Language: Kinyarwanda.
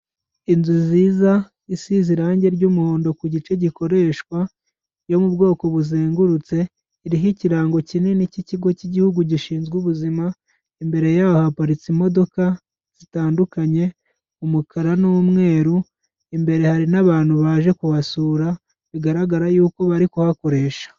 Inzu nziza isize irangi ry'umuhondo ku gice gikoreshwa yo mu bwoko buzengurutse iriho ikirango kinini cy'ikigo cy'igihugu gishinzwe ubuzima imbere ya haparitse imodoka zitandukanye umukara n'umweru imbere hari n'abantu baje kubasura bigaragara yuko bari kuhakoresha.